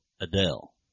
Adele